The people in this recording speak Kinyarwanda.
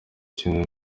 kintu